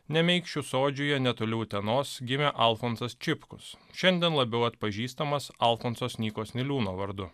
nemeikščių sodžiuje netoli utenos gimė alfonsas čipkus šiandien labiau atpažįstamas alfonsos nykos niliūno vardu